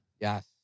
Yes